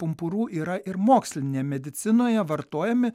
pumpurų yra ir mokslinėje medicinoje vartojami